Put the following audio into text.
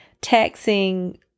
taxing